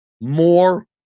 more